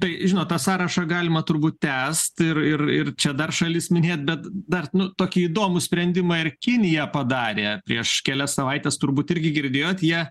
tai žinot tą sąrašą galima turbūt tęst ir ir ir čia dar šalis minėt bet dar tokį įdomų sprendimą ir kinija padarė prieš kelias savaites turbūt irgi girdėjot jie